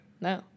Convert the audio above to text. no